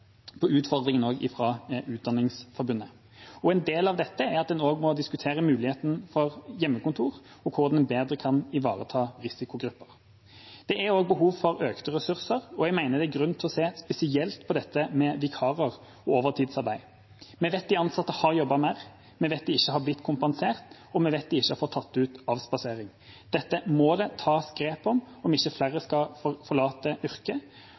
på utfordringen fra Utdanningsforbundet. En del av dette er at en også må diskutere muligheten for hjemmekontor og hvordan man bedre kan ivareta risikogrupper. Det er også behov for økte ressurser, og jeg mener det er grunn til å se spesielt på dette med vikarer og overtidsarbeid. Vi vet at de ansatte har jobbet mer, vi vet at de ikke har blitt kompensert, og vi vet at de ikke har fått tatt ut avspasering. Dette må det tas grep om hvis ikke flere skal forlate yrket,